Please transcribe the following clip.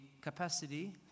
capacity